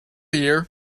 year